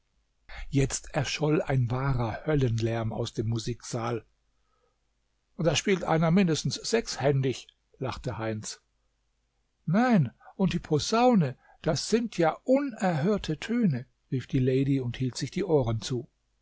jetzt erscholl ein wahrer höllenlärm aus dem musiksaal da spielt einer mindestens sechshändig lachte heinz nein und die posaune das sind ja unerhörte töne rief die lady und hielt sich die ohren zu